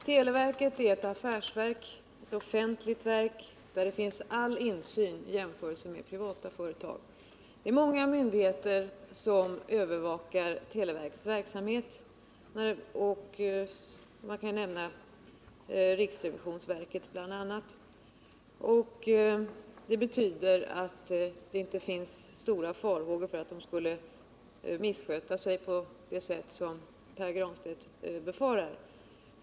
Herr talman! Televerket är ett affärsverk, ett offentligt verk där det finns all insyn i jämförelse med privata företag. Många myndigheter övervakar televerkets verksamhet — jag kan nämna riksrevisionsverket bl.a. Det betyder att det inte finns någon större risk för att televerket skulle missköta sig på det sätt som Pär Granstedt befarar.